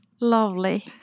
Lovely